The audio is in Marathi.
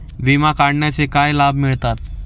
विमा काढण्याचे काय लाभ मिळतात?